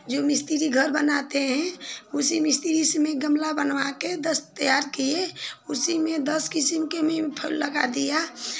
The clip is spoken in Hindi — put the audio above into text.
जो मिस्त्री घर बनाते हैं उसी मिस्त्री से में गमला बनवा कर दस तैयार किये उसी में दस किस्म के में फल लगा दिया